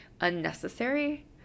unnecessary